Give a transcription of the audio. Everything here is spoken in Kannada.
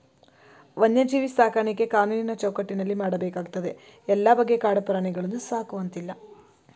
ವನ್ಯಜೀವಿ ಸಾಕಾಣಿಕೆ ಕಾನೂನಿನ ಚೌಕಟ್ಟಿನಲ್ಲಿ ಮಾಡಬೇಕಾಗ್ತದೆ ಎಲ್ಲ ಬಗೆಯ ಕಾಡು ಪ್ರಾಣಿಗಳನ್ನು ಸಾಕುವಂತಿಲ್ಲ